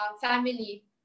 family